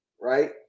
right